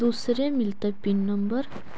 दुसरे मिलतै pin number?